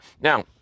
Now